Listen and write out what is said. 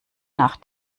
nach